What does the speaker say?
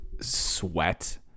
sweat